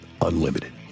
unlimited